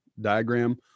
diagram